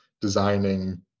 designing